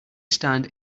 stand